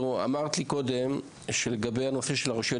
אמרת לי קודם לגבי הנושא של הרשויות